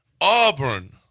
Auburn